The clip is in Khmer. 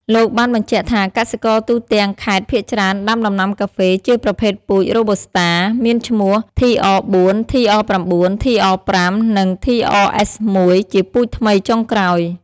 លោកបានបញ្ជាក់ថា កសិករទូទាំងខេត្តភាគច្រើនដាំដំណាំការហ្វេ ជាប្រភេទពូជ រ៉ូប៊ូស្តា មានឈ្មោះTR4 TR9 TR5 និងTRS1ជាពូជថ្មីចុងក្រោយ។